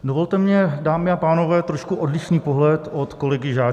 Dovolte mi, dámy a pánové, trošku odlišný pohled od kolegy Žáčka.